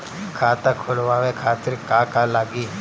खाता खोलवाए खातिर का का लागी?